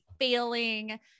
failing